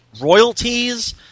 royalties